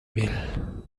miel